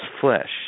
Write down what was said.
flesh